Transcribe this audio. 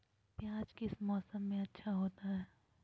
प्याज किस मौसम में अच्छा होता है?